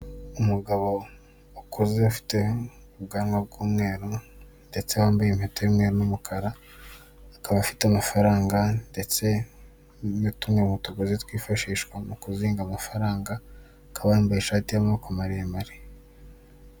Umugabo ukuze afite ubwanwa bw'umweru ndetse wambaye impeta imwe n'umukara, akaba afite amafaranga ndetse na tumwe mu tugozi twifashishwa mu kuzinga amafaranga, akaba yambaye ishati y'amaboko maremare.